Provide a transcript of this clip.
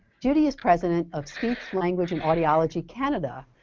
judy is president of speech language and audiology canada,